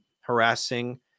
harassing